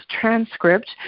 transcript